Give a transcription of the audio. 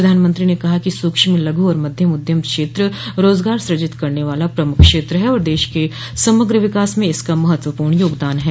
प्रधानमंत्री ने कहा कि सूक्ष्म लघु और मध्यम उद्यम क्षेत्र रोजगार स्रजित करने वाला प्रमुख क्षेत्र है और देश के समग्र विकास में इसका महत्वपूर्ण योगदान है